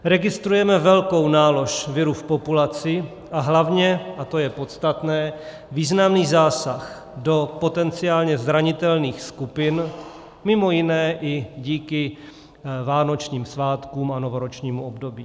Registrujeme velkou nálož viru v populaci a hlavně, a to je podstatné, významný zásah do potenciálně zranitelných skupin, mimo jiné i díky vánočním svátkům a novoročnímu období.